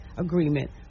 Agreement